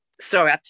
Sorry